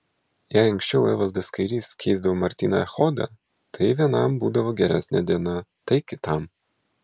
jei anksčiau evaldas kairys keisdavo martyną echodą tai vienam būdavo geresnė diena tai kitam